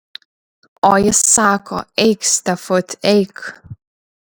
o jis sako eik stefut eik